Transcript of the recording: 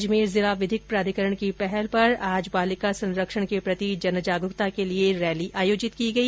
अजमेर जिला विधिक प्राधिकरण की पहल पर आज बालिका संरक्षण के प्रति जनजागरूकता के लिए रैली आयोजित की गई